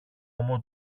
ώμο